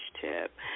tip